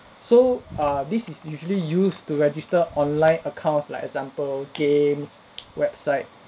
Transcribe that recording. so err this is usually used to register online accounts like example games website